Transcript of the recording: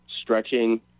stretching